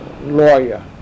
lawyer